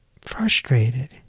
frustrated